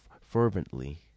fervently